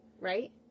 right